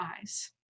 eyes